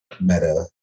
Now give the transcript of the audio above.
Meta